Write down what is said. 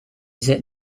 zit